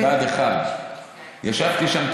בבה"ד 1. ישבתי שם,